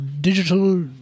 digital